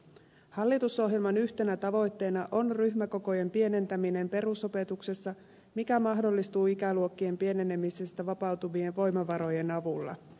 hallitusohjelman yhtenä tavoitteena on ryhmäkokojen pienentäminen perusopetuksessa mikä mahdollistuu ikäluokkien pienenemisestä vapautuvien voimavarojen avulla